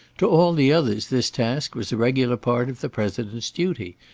to all the others this task was a regular part of the president's duty,